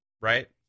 right